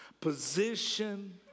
position